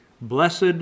Blessed